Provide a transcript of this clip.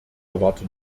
erwarten